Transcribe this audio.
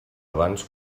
abans